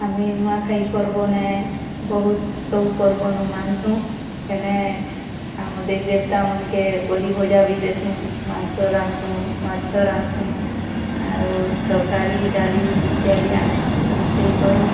ଆମେ ନୂଆଖାଇ ପର୍ବନେ ବହୁତ୍ ସବୁ ପର୍ବନୁ ମାନସୁଁ ସେନେ ଆମ ଦେବ୍ ଦେବତା ମାନକେ ବଲି ଭୂଜା ବି ଦେସୁଁ ମାଂସ ରାନ୍ଧସୁଁ ମାଛ ରାନ୍ଧସୁଁ ଆଉ ତରକାରୀ ଡାଲି ଇତ୍ୟାଦି ଆମେ ରୋଷେଇ କରୁଁ